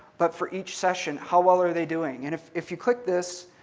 but for each session, how well are they doing? and if if you click this,